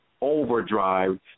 overdrive